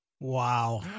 Wow